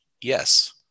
Yes